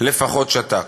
לפחות שתק.